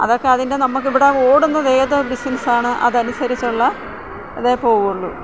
അതൊക്ക അതിൻ്റെ നമ്മൾക്ക് ഇവിടെ ഓടുന്നത് ഏത് ബിസിനസ്സാണ് അതനുസരിച്ചുള്ള ഇതേ പോവുകയുള്ളൂ